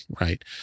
right